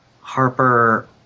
Harper